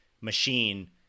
machine